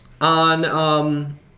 on